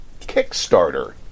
Kickstarter